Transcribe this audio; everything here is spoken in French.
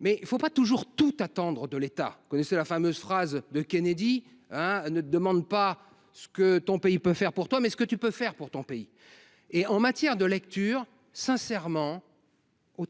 mais il ne faut pas tout attendre de l’État. Vous connaissez la fameuse phrase de Kennedy :« Ne demande pas ce que ton pays peut faire pour toi, demande ce que tu peux faire pour ton pays. » En matière de lecture, sincèrement, on